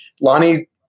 Lonnie